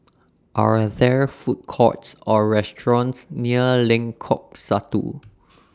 Are There Food Courts Or restaurants near Lengkok Satu